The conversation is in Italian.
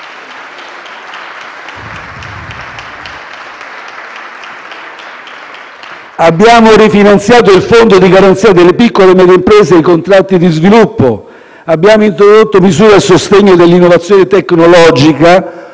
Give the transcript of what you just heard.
Abbiamo rifinanziato il Fondo di garanzia per le piccole e medie imprese e i contratti di sviluppo. Abbiamo introdotto misure a sostegno dell'innovazione tecnologica,